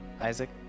Isaac